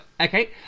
okay